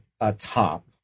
atop